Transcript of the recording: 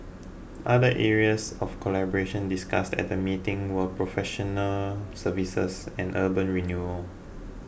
other areas of collaboration discussed at the meeting were professional services and urban renewal